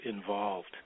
involved